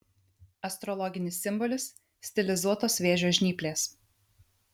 astrologinis simbolis stilizuotos vėžio žnyplės